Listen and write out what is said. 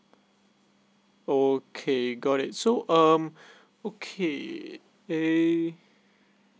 okay got it so um okay